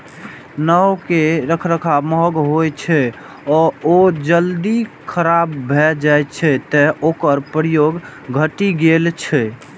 नाव के रखरखाव महग होइ छै आ ओ जल्दी खराब भए जाइ छै, तें ओकर प्रयोग घटि गेल छै